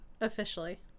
Officially